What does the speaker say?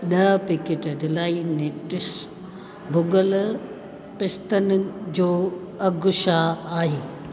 ॾह packet delight निटिस भुगल पिस्तनि जो अघु छा आहे